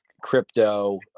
crypto